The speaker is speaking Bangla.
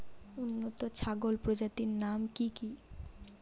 উন্নত ছাগল প্রজাতির নাম কি কি?